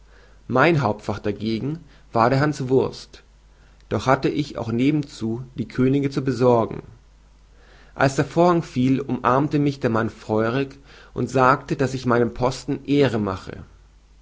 mein hauptfach dagegen war der hanswurst doch hatte ich auch nebenzu die könige zu besorgen als der vorhang fiel umarmte mich der mann feurig und sagte daß ich meinem posten ehre mache